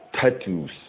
tattoos